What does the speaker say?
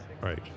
Right